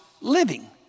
living